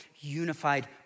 unified